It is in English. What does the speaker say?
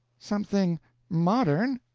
something modern?